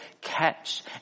catch